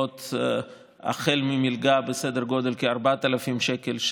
החל במלגה בסדר גודל של כ-4,000 שקל,